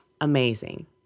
amazing